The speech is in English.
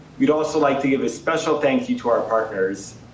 would also like to give a special thank you to our partners,